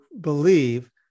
believe